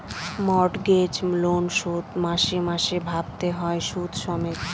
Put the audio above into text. mortgage loan শোধ মাসে মাসে ভারতে হয় সুদ সমেত